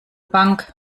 bank